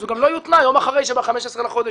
אז הוא גם לא יותנע יום אחרי שב-15 לחודש